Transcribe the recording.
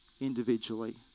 individually